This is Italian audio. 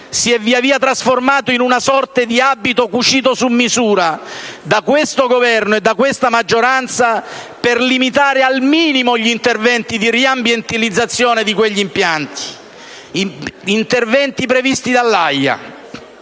si è via via trasformato in una sorta di abito cucito su misura, da questo Governo e da questa maggioranza, per limitare al minimo gli interventi di riambientalizzazione di quegli impianti previsti dall'AIA.